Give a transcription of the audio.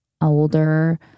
older